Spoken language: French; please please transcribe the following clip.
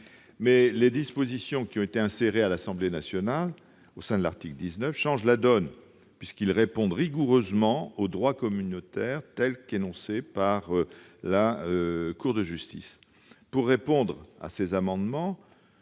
les dispositions qui ont été insérées par l'Assemblée nationale au sein de l'article 19 changent la donne, puisqu'elles répondent rigoureusement au droit communautaire tel qu'il a été énoncé par la Cour de justice. Nous ne nous situons